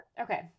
okay